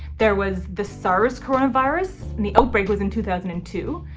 there was the sars corona virus and the outbreak was in two thousand and two.